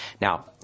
Now